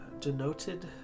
denoted